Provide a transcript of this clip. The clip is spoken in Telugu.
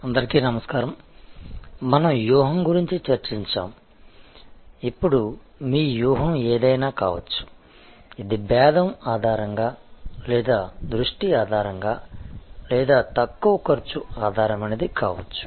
అందరికీ నమస్కారం మనం వ్యూహం గురించి చర్చించాము ఇప్పుడు మీ వ్యూహం ఏదైనా కావచ్చు ఇది భేదం ఆధారంగా లేదా దృష్టి ఆధారంగా లేదా తక్కువ ఖర్చు ఆధారితమైనది కావచ్చు